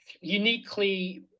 uniquely